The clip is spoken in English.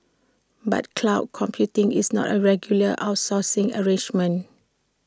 but cloud computing is not A regular outsourcing arrangement